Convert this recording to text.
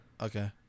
Okay